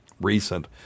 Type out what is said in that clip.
recent